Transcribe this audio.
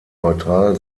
neutral